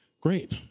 Great